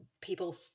people